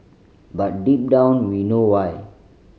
but deep down we know why